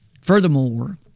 Furthermore